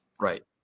right